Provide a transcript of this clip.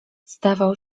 zdawał